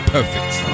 Perfect